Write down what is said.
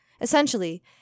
Essentially